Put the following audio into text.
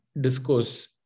discourse